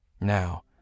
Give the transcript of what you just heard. Now